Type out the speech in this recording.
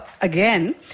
again